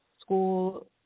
school